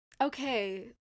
Okay